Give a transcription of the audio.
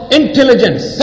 intelligence